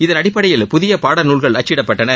இதன் அடிப்படையில் புதிய பாடநூல்கள் அச்சிடப்பட்டன